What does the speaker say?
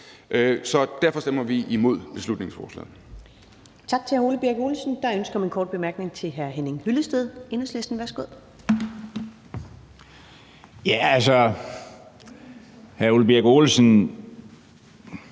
Så derfor stemmer vi imod beslutningsforslaget.